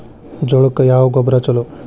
ಜೋಳಕ್ಕ ಯಾವ ಗೊಬ್ಬರ ಛಲೋ?